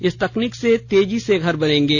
इस तकनीक से तेजी से घर बनेंगे